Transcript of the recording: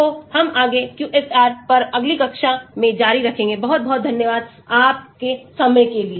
तो हम आगे QSAR पर अगली कक्षा में जारी रखेंगे बहुत बहुत धन्यवाद आपके समय के लिए